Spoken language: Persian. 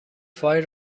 فای